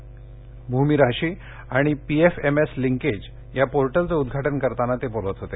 भूमी राशी आणि PFMS linkage या पोर्टलचं उद्घाटन करताना गडकरी बोलत होते